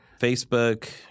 Facebook